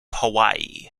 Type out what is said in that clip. hawaii